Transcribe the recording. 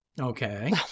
Okay